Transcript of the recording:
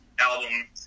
album